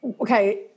okay